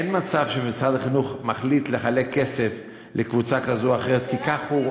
אין מצב שמשרד החינוך מחליט לחלק כסף לקבוצה כזו או אחרת כי כך הוא,